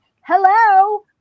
hello